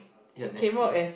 ya nasty